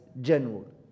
general